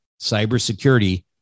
cybersecurity